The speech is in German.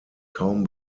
kaum